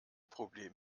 problem